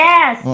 Yes